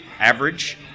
average